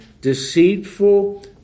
deceitful